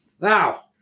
Now